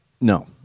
no